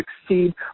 succeed